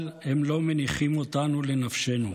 אבל הם לא מניחים לנו לנפשנו.